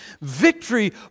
Victory